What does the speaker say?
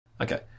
Okay